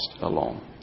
alone